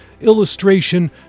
illustration